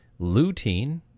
Lutein